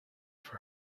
for